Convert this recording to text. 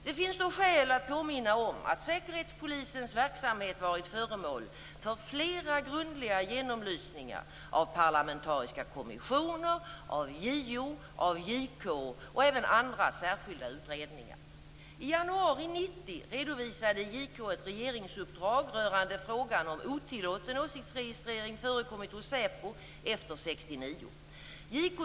Det finns skäl att påminna om att Säkerhetspolisens verksamhet varit föremål för flera grundliga genomlysningar av parlamentariska kommissioner, av JO, av JK och även av andra särskilda utredningar. I januari 1990 redovisade JK ett regeringsuppdrag rörande frågan om otillåten åsiktsregistrering förekommit hos SÄPO efter 1969.